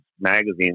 magazines